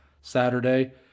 saturday